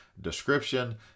description